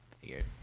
figured